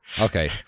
Okay